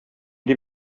дип